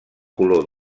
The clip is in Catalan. color